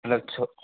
مطلب